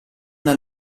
una